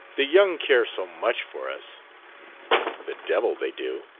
the young care so much for us the devil they do!